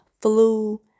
flu